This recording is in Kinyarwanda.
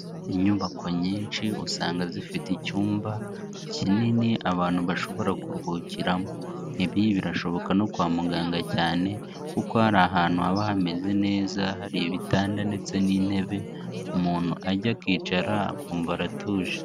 Inyubako nyinshi usanga zifite icyumba kinini abantu bashobora kuruhukiramo. Ibi birashoboka no kwa muganga cyane, kuko hari ahantu haba hameze neza hari ibitanda ndetse n'intebe, umuntu ajya akicara akumva aratuje.